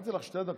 נתתי לך שתי דקות.